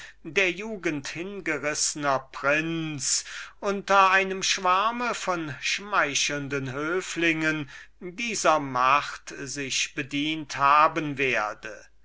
der jugend hingerissener prinz unter einem schwarme von parasiten dieser macht sich bedient haben werde